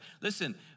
Listen